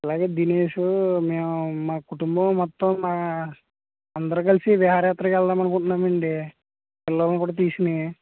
అలాగే దినేషు మేము మా కుటుంబం మొత్తం మా అందరు కలిసి విహారయాత్రకు వెళ్దాం అనుకుంటున్నామండి పిల్లోడిని కూడా తీసుకొని